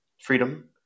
freedom